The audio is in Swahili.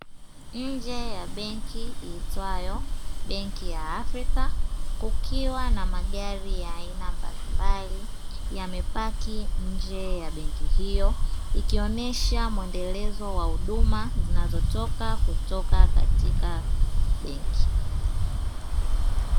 Nje ya benki iitwayo benki ya Afrika kukiwa na magari ya aina mbalimbali yamepaki nje ya benki hiyo, ikionyesha muendelezo wa huduma zinazotoka katika benki.